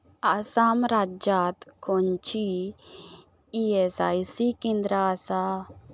आसाम राज्यांत खंयचींय E S I C केंद्रां आसा